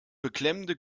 beklemmende